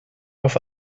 auf